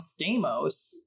Stamos